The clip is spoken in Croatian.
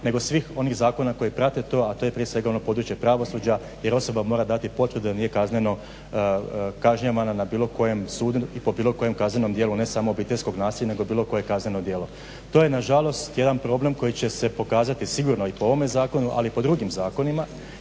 nego svih onih zakona koji prate to, a to je prije svega ono područje pravosuđa jer osoba mora dati potvrdu da nije kazneno kažnjavana na bilo kojem sudu i po bilo kojem kaznenom djelu ne samo obiteljskog nasilja nego bilo koje kazneno djelo. To je na žalost jedan problem koji će se pokazati sigurno i po ovome zakonu, ali i po drugim zakonima,